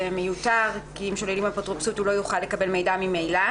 זה מיותר כי אם שוללים אפוטרופסות הוא לא יוכל לקבל מידע ממילא